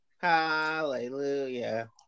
Hallelujah